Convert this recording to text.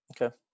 Okay